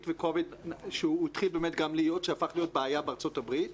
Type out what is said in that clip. והקוביד שהתחיל באמת גם להיות ושהפך להיות בעיה בארצות הברית